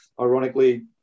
ironically